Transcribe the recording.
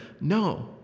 No